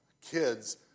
kids